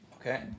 Okay